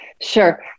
sure